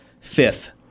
fifth